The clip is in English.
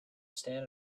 stand